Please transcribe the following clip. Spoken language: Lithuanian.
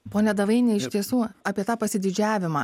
pone davaini iš tiesų apie tą pasididžiavimą